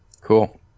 Cool